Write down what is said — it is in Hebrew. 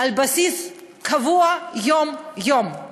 על בסיס קבוע יום-יום.